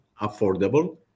affordable